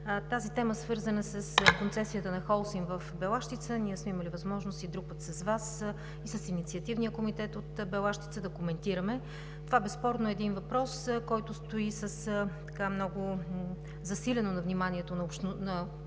тази тема, свързана с концесията на „Холсим“ в Белащица ние сме имали възможност и друг път с Вас, и с Инициативния комитет от Белащица, да коментираме. Това безспорно е един въпрос, който стои много засилено на вниманието на обществеността,